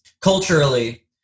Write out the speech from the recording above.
culturally